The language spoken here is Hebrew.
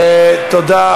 תודה.